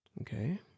okay